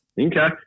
Okay